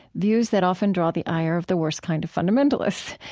views that often draw the ire of the worst kind of fundamentalists.